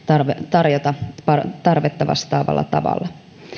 tarjoamaan tarvetta vastaavalla tavalla